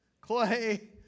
clay